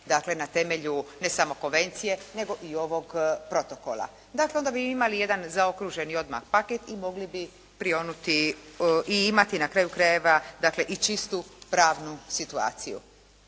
dakle na temelju ne samo konvencije nego i ovog protokola. Dakle onda bi imali jedan zaokruženi odmah paket i mogli bi prionuti i imati na kraju krajeva, dakle i čistu pravnu situaciju.